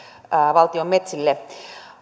valtion metsille